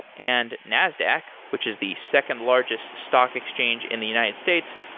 and nasdaq, which is the second largest stock exchange in the united states,